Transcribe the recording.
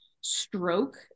stroke